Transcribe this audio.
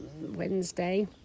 Wednesday